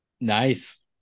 Nice